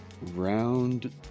round